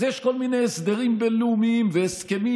אז יש כל מיני הסדרים בין-לאומיים והסכמים,